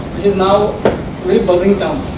which is now a very bustling town